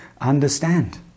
understand